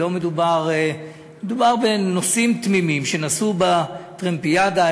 מדובר בנוסעים תמימים שהיו בטרמפיאדה,